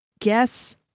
Guess